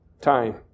time